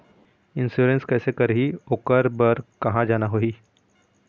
Insurance कैसे करही, ओकर बर कहा जाना होही?